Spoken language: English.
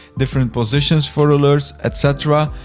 different positions for alerts, et cetera,